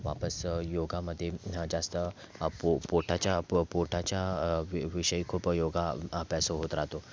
वापस योगामध्ये जास्त पो पोटाच्या पोटाच्या वि विषयी खूप योगा आभ्यास होत राहतो